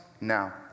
now